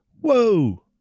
Whoa